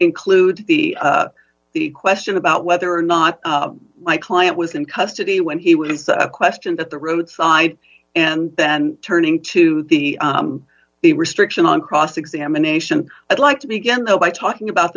include the question about whether or not my client was in custody when he was questioned at the roadside and then turning to the the restriction on cross examination i'd like to begin though by talking about